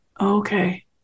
Okay